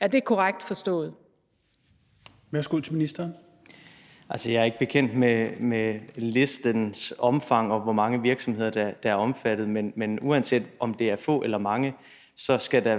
Erhvervsministeren (Simon Kollerup): Jeg er ikke bekendt med listens omfang og med, hvor mange virksomheder der er omfattet. Men uanset om det er få eller mange, skal der